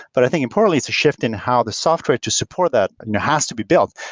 but i think importantly it's a shift in how the software to support that and has to be built,